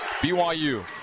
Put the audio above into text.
BYU